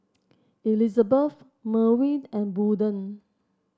Elizebeth Merwin and Bolden